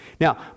Now